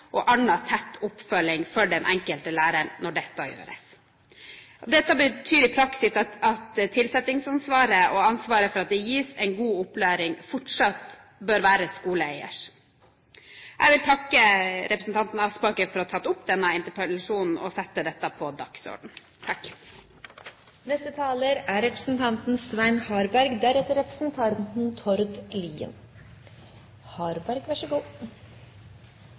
og annen tett oppfølging for den enkelte læreren når dette gjøres. Dette betyr i praksis at tilsettingsansvaret og ansvaret for at det gis en god opplæring fortsatt bør være skoleeiers. Jeg vil takke representanten Aspaker for å ha tatt opp denne interpellasjonen og sette dette på dagsordenen. Det er